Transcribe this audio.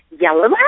yellow